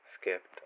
skipped